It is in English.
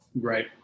Right